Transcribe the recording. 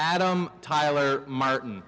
adam tyler martin